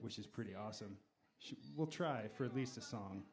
which is pretty awesome she will try for at least a song